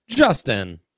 Justin